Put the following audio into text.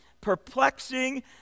perplexing